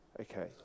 okay